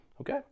Okay